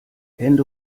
hände